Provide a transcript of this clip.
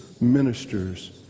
ministers